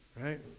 right